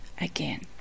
again